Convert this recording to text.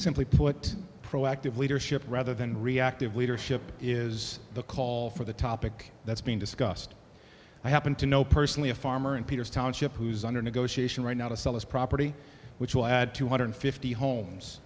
simply put proactive leadership rather than reactive leadership is the call for the topic that's being discussed i happened to know personally a farmer in peter's township who is under negotiation right now to sell his property which will add two hundred fifty homes